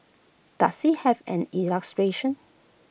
does IT have any illustrations